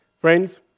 Friends